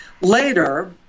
later